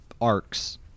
arcs